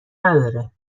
نداره